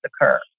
occur